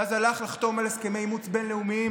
ואז הלך לחתום על הסכמי אימוץ בין-לאומיים